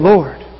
Lord